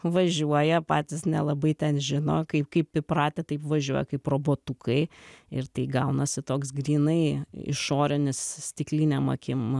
važiuoja patys nelabai ten žino kaip kaip įpratę taip važiuoja kaip robotukai ir tai gaunasi toks grynai išorinis stiklinėm akim